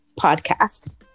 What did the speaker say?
podcast